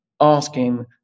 asking